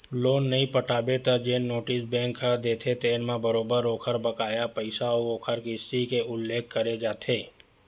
loan नइ पटाबे त जेन नोटिस बेंक ह देथे तेन म बरोबर ओखर बकाया पइसा अउ ओखर किस्ती के उल्लेख करे जाथे